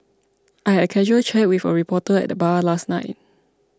I had a casual chat with a reporter at the bar last night